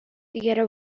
tierra